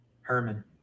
Herman